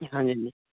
ਹਾਂਜੀ ਹਾਂਜੀ